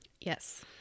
Yes